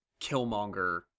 Killmonger